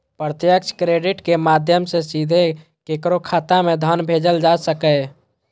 प्रत्यक्ष क्रेडिट के माध्यम सं सीधे केकरो खाता मे धन भेजल जा सकैए